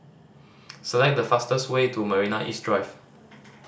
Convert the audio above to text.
select the fastest way to Marina East Drive